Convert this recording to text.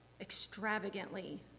extravagantly